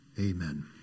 Amen